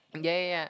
ya ya ya